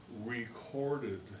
recorded